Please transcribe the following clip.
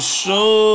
show